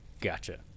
Gotcha